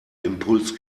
impuls